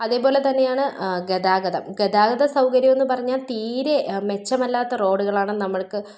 അതേപോലെ തന്നെയാണ് ഗതാഗതം ഗതാഗത സൗകര്യമെന്ന് പറഞ്ഞാൽ തീരെ മെച്ചമല്ലാത്ത റോഡുകളാണ് നമ്മൾക്ക്